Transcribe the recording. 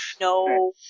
No